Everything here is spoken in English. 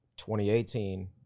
2018